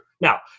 Now